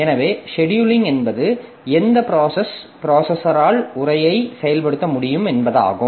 எனவே செடியூலிங் என்பது எந்த ப்ராசஸ் ப்ராசஸரால் உரையை செயல்படுத்த முடியும் என்பதாகும்